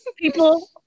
people